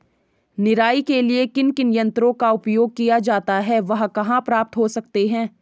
निराई के लिए किन किन यंत्रों का उपयोग किया जाता है वह कहाँ प्राप्त हो सकते हैं?